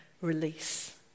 release